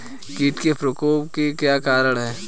कीट के प्रकोप के क्या कारण हैं?